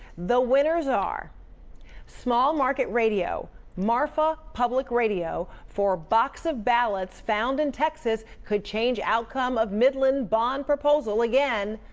the winners are small market radio marfa public radio for box of ballots found in texas could change outcome of midland bond proposal, again.